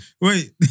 Wait